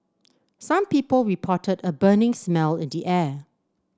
some people reported a burning smell at the air